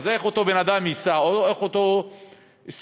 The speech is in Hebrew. איך אותו בן-אדם ייסע?